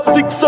Six